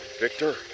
Victor